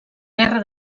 guerra